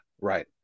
right